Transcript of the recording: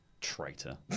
Traitor